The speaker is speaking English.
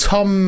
Tom